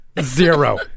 Zero